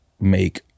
make